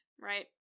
right